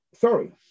Sorry